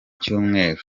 cyumweru